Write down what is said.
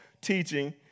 teaching